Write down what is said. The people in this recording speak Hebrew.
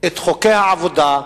את חוקי העבודה,